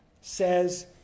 says